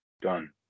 Done